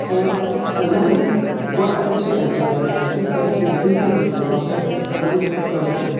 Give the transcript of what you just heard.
थोर सेनानी व आदर्श राज्यकर्ता ही त्यांची विविध रूपे पाहून मन थक्क होते